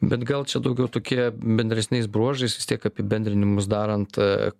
bet gal čia daugiau tokie bendresniais bruožais vis tiek apibendrinimus darant